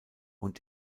und